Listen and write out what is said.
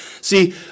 See